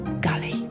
Gully